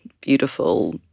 Beautiful